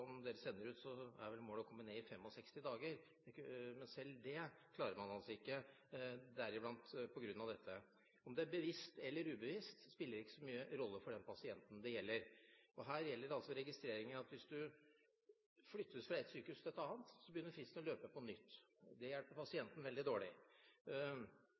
om at det ikke skjer for fremtiden. Nå er jo ikke regjeringens mål spesielt ambisiøst. I dokumentet som dere sender ut, er vel målet å komme ned i 65 dager, men selv det klarer man altså ikke, deriblant på grunn av dette. Om det er bevisst eller ubevisst, spiller ikke så mye rolle for den pasienten det gjelder. Her gjelder altså registreringen. Hvis du flyttes fra et sykehus til et annet, begynner fristen å løpe på nytt. Det hjelper